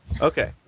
Okay